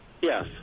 Yes